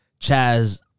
Chaz